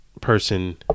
person